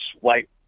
white